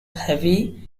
heavy